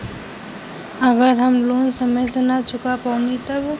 अगर हम लोन समय से ना चुका पैनी तब?